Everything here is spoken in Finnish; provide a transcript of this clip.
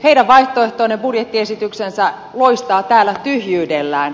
heidän vaihtoehtoinen budjettiesityksensä loistaa täällä tyhjyydellään